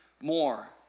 more